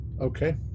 Okay